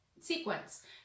sequence